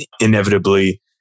inevitably